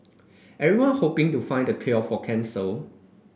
everyone hoping to find the cure for cancer